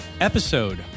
episode